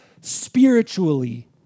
spiritually